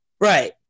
right